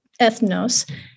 ethnos